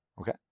Okay